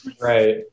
Right